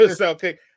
okay